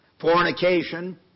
fornication